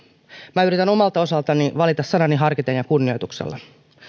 minä yritän omalta osaltani valita sanani harkiten ja kunnioituksella